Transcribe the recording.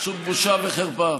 פשוט בושה וחרפה.